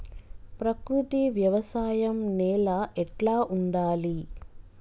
ప్రకృతి వ్యవసాయం నేల ఎట్లా ఉండాలి?